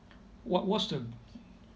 what what's the